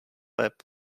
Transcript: web